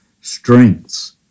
strengths